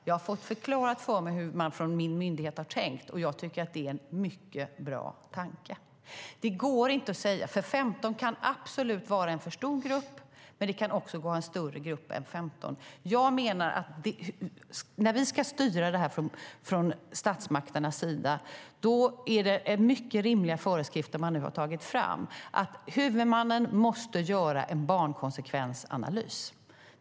Jag har fått förklarat för mig hur man från min myndighet har tänkt, och jag tycker att det är en mycket bra tanke. Det här går inte att säga, för 15 kan absolut vara en för stor grupp, men det kan också vara en större grupp än 15. Jag menar att när vi ska styra det här från statsmakternas sida är det mycket rimliga föreskrifter man nu har tagit fram. Huvudmannen måste göra en barnkonsekvensanalys.